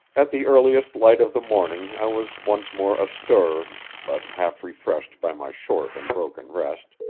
at the earliest light of the morning i was once more astir, but half-refreshed by my short and broken rest,